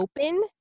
open